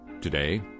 today